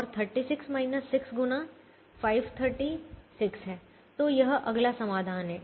और 36 6 गुना 530 6 है तो यह अगला समाधान है